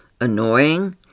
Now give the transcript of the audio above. annoying